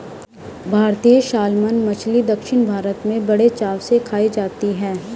भारतीय सालमन मछली दक्षिण भारत में बड़े चाव से खाई जाती है